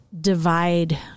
divide